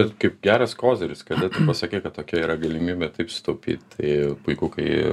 taip kaip geras koziris kada tu pasakei kad tokia yra galimybė taip sutaupyt tai puiku kai